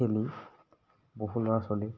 খেলি বহু ল'ৰা ছোৱালী